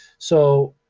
so,